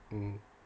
mm